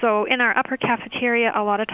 so in our upper cafeteria a lot